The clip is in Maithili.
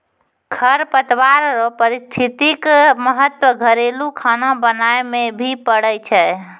खरपतवार रो पारिस्थितिक महत्व घरेलू खाना बनाय मे भी पड़ै छै